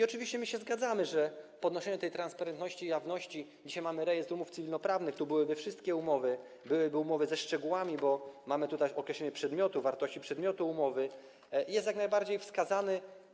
Oczywiście my się zgadzamy, że podnoszenie tej transparentności i jawności - dzisiaj mamy rejestr umów cywilnoprawnych, tu byłyby wszystkie umowy, byłyby umowy ze szczegółami, bo mamy tutaj określenie przedmiotu, wartości przedmiotu umowy - jest jak najbardziej wskazane.